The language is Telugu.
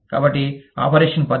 కాబట్టి ఆపరేషన్ పద్ధతి